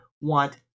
want